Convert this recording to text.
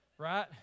right